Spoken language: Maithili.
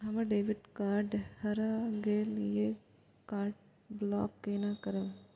हमर डेबिट कार्ड हरा गेल ये कार्ड ब्लॉक केना करब?